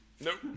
nope